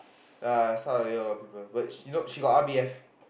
ya start of the year a lot of people but she you know she got R_B_F